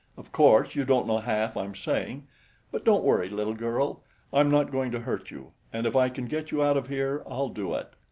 of course you don't know half i'm saying but don't worry, little girl i'm not going to hurt you, and if i can get you out of here, i'll do it.